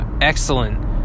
excellent